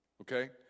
okay